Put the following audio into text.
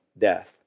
death